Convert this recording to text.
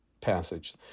passage